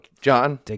John